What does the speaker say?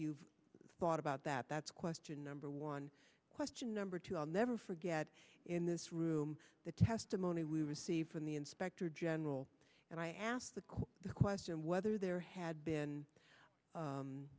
you've thought about that that's question number one question number two are never forget in this room the testimony we received from the inspector general and i asked the court the question whether there had been